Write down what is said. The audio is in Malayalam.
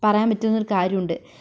പറയാൻ പറ്റുന്ന ഒരു കാര്യമുണ്ട്